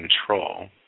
control